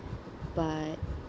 but